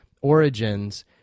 origins